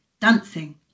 dancing